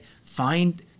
find